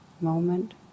moment